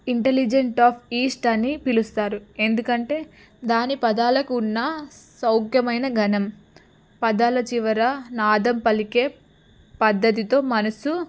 Italian of East అని పిలుస్తారు ఎందుకంటే దాని పదాలకు ఉన్న సౌఖ్యమైన ఘనత పదాల చివర నాదం పలికే పద్ధతితో మనసు